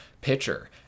pitcher